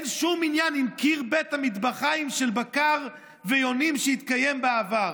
אין שום עניין עם קיר בית המטבחיים של בקר ויונים שהתקיים בעבר.